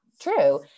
true